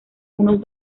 unos